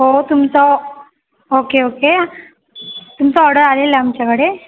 हो तुमचा okay okay तुमचा ऑर्डर आलेला आहे आमच्याकडे